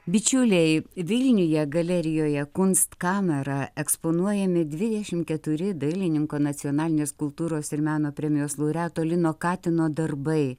bičiuliai vilniuje galerijoje kunstkamera eksponuojami dvidešim keturi dailininko nacionalinės kultūros ir meno premijos laureato lino katino darbai